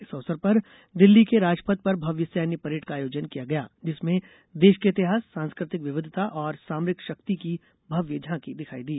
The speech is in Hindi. इस अवसर पर दिल्ली के राजपथ पर भव्य सैन्य परेड का आयोजन किया गया जिसमें देश के इतिहास सांस्कृतिक विविधता और सामरिक शक्ति की भव्य झांकी दिखाई दी